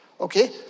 okay